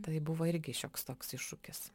tai buvo irgi šioks toks iššūkis